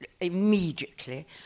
immediately